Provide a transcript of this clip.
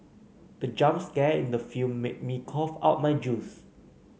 the jump scare in the film made me cough out my juice